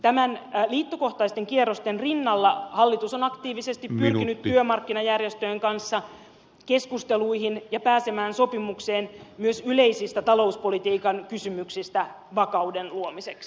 näiden liittokohtaisten kierrosten rinnalla hallitus on aktiivisesti pyrkinyt työmarkkinajärjestöjen kanssa keskusteluihin ja pääsemään sopimukseen myös yleisistä talouspolitiikan kysymyksistä vakauden luomiseksi